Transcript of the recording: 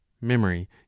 memory